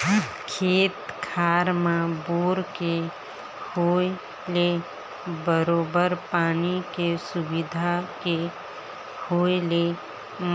खेत खार म बोर के होय ले बरोबर पानी के सुबिधा के होय ले